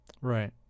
right